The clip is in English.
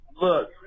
Look